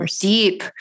deep